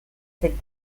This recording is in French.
cette